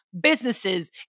businesses